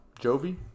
Jovi